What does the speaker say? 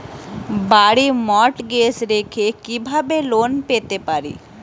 বাড়ি মর্টগেজ রেখে কিভাবে লোন পেতে পারি?